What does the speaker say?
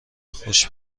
خوش